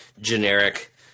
generic